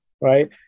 right